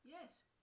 yes